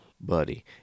Buddy